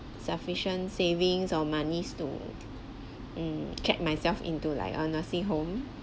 sufficient savings or money to mm check myself into like a nursing home